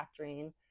factoring